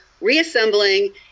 reassembling